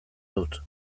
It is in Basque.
dut